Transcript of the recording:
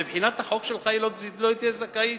מבחינת החוק שלך היא לא תהיה זכאית